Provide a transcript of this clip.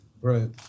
right